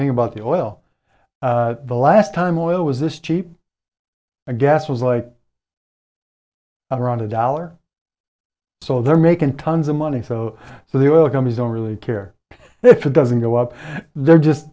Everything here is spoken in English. thing about the oil the last time oil was this cheap a gas was like around a dollar so they're making tons of money so so the oil companies don't really care if it doesn't go up they're just